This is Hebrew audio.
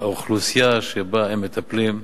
האוכלוסייה שבה הם מטפלים,